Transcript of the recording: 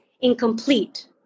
incomplete